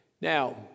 Now